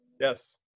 yes